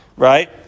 Right